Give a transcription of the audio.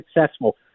successful